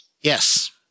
Yes